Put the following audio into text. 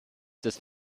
des